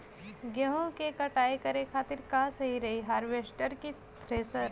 गेहूँ के कटाई करे खातिर का सही रही हार्वेस्टर की थ्रेशर?